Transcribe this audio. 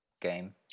game